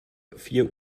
vier